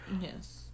Yes